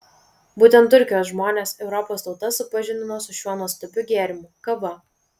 būtent turkijos žmonės europos tautas supažindino su šiuo nuostabiu gėrimu kava